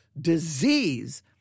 disease